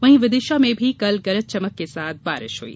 वहीं विदिशा में भी कल गरज चमक के साथ बारिश हुई